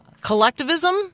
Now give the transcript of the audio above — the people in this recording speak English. collectivism